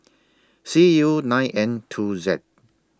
C U nine N two Z